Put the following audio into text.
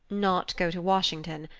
not go to washington.